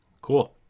Cool